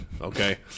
okay